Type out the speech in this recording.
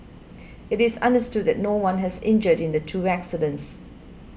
it is understood that no one has injured in the two accidents